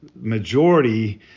majority